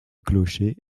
clocher